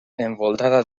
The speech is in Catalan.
envoltada